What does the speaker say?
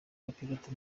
abapilote